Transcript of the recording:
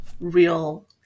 real